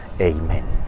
Amen